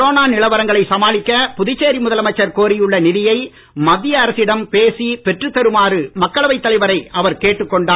corona நிலவரங்களை சமாளிக்க புதுச்சேரி முதலமைச்சர் கோரியுள்ள நிதியை மத்திய அரசிடம் பேசி பெற்றத் தருமாறு மக்களவைத் தலைவரை அவர் கேட்டுக்கொண்டார்